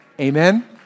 Amen